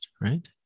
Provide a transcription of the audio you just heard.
right